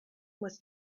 was